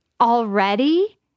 already